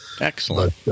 Excellent